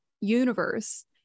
universe